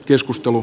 keskustelu